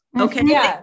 Okay